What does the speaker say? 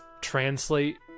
translate